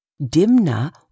Dimna